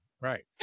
Right